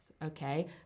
Okay